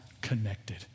connected